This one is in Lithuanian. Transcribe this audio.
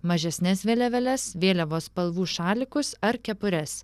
mažesnes vėliavėles vėliavos spalvų šalikus ar kepures